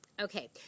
Okay